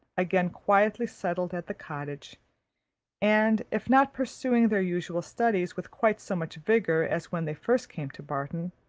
again quietly settled at the cottage and if not pursuing their usual studies with quite so much vigour as when they first came to barton,